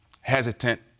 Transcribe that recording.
hesitant